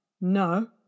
No